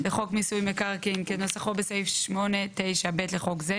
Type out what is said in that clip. לחוק מיסוי מקרקעין כנוסחו בסעיף 8(9)(ב) לחוק זה,